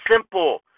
simple